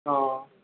ఆ